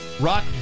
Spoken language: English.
rock